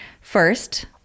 First